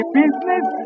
business